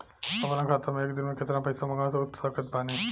अपना खाता मे एक दिन मे केतना पईसा मँगवा सकत बानी?